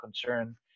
concern